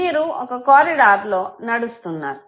మీరు ఒక కారిడార్ లో నడుస్తున్నారు